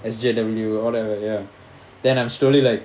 S_J_W or whatever ya then I'm slowly like